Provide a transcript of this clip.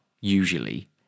usually